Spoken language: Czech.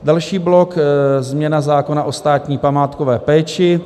Další blok změna zákona o státní památkové péči.